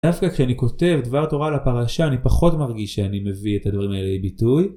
דווקא כשאני כותב דבר תורה על הפרשה אני פחות מרגיש שאני מביא את הדברים האלה לביטוי